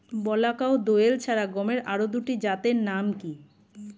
বলাকা ও দোয়েল ছাড়া গমের আরো দুটি জাতের নাম কি?